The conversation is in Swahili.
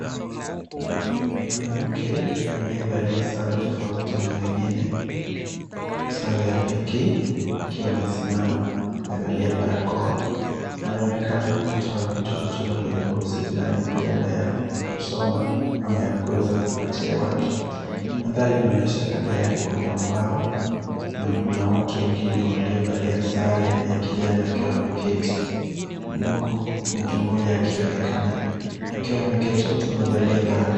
Mwanamke aliyevalia sare tofauti na wengine. Sare ya pinky akiwa amesimama. Amevalia barakoa anaonekana kutoa vitu kutoka kwenye boksi fulani huenda ya kusoma ama ya kuweza kupatia watu. Mandhari unaonyesha kando yake kuna ubao na kuna watu wengine waliovalia sare ya kijani wakiwa wameketi. Mtu mmoja akionekana akiwa ameketi wote amevalia barakoa.